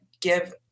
give